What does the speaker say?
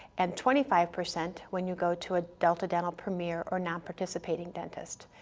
and twenty five percent when you go to a delta dental premier or nonparticipating dentist.